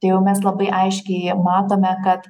tai jau mes labai aiškiai matome kad